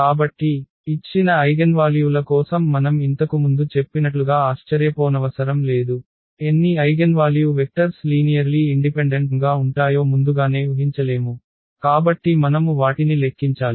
కాబట్టి ఇచ్చిన ఐగెన్వాల్యూల కోసం మనం ఇంతకుముందు చెప్పినట్లుగా ఆశ్చర్యపోనవసరం లేదు ఎన్ని ఐగెన్వాల్యూ వెక్టర్స్ లీనియర్లీ ఇండిపెండెంట్ంగా ఉంటాయో ముందుగానే ఉహించలేము కాబట్టి మనము వాటిని లెక్కించాలి